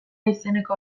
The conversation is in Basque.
izeneko